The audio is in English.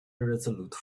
irresolute